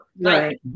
Right